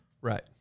Right